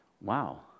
wow